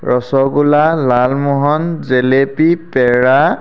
rasgulla lalmohan jalebi পেৰা